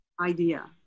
idea